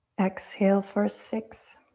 exhale for six,